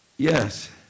Yes